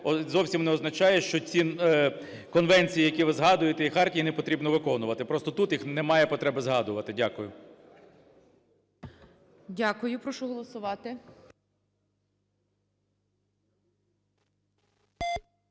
зовсім не означає, що ці конвенції, які ви згадуєте, і хартії не потрібно виконувати. Просто тут їх немає потреби згадувати. Дякую. ГОЛОВУЮЧИЙ. Дякую. Прошу голосувати.